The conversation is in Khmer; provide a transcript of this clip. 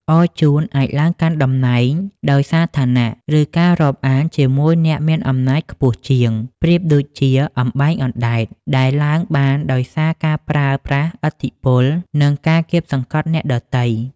អរជូនអាចឡើងកាន់តំណែងដោយសារឋានៈ ឬការរាប់អានជាមួយអ្នកមានអំណាចខ្ពស់ជាងប្រៀបដូចជា "អំបែងអណ្ដែត" ដែលឡើងបានដោយសារការប្រើប្រាស់ឥទ្ធិពល និងការកៀបសង្កត់អ្នកដទៃ។